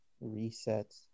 reset